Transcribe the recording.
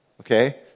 okay